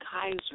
Kaiser